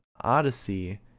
Odyssey